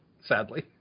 Sadly